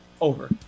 Over